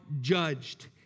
judged